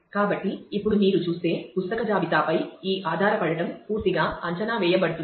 కాబట్టి ఇప్పుడు మీరు చూస్తే పుస్తక జాబితాపై ఈ ఆధారపడటం పూర్తిగా అంచనా వేయబడుతుంది